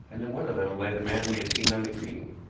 and in one of them lay the man we had seen on the green.